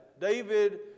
David